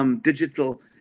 digital